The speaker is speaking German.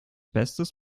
bestes